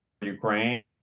Ukraine